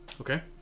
Okay